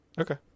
Okay